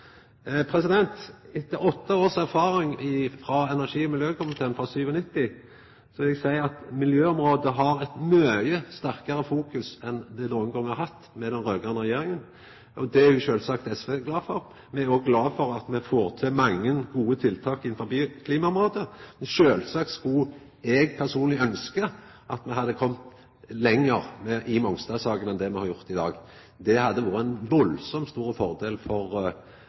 Etter åtte års erfaring frå energi- og miljøkomiteen, frå 1997, vil eg seia at under den raud-grøne regjeringa har miljøområdet vore mykje sterkare fokusert på enn det nokon gong har vore. Det er sjølvsagt SV glad for. Me er òg glade for at me får til mange gode tiltak på klimaområdet. Sjølvsagt skulle eg personleg ønskt at me hadde kome lenger i Mongstad-saka enn det me har gjort i dag. Det hadde vore ein kolossalt stor fordel for